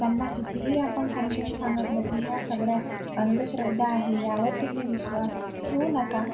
त्यांना कितीही आपन समजवून सांगातलं की ह्या सगड्या अंधश्रद्धा आहे यावर तुम्ही विश्वास ठेवू नका